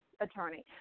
attorney